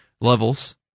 levels